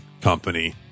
company